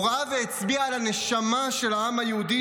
הוא ראה והצביע על הנשמה של העם היהודי,